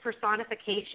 personification